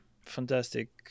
fantastic